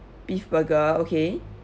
beef burger okay